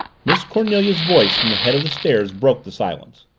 miss cornelia's voice from the head of the stairs broke the silence.